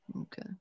Okay